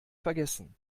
vergessen